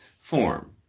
form